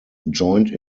joined